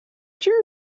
tschüss